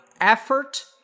effort